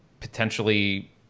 potentially